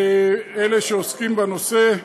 אלה שעוסקים בנושא,